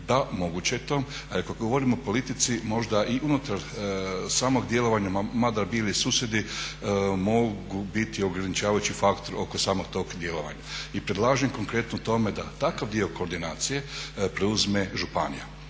Da, moguće je to, ali kad govorim o politici možda i unutar samog djelovanja mada bili susjedi mogu biti ograničavajući faktor oko samog tog djelovanja. I predlažem konkretno tome da takav dio koordinacije preuzme županija.